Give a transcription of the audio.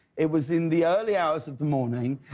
it was in the early hours of the morning.